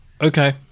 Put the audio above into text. Okay